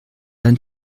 ein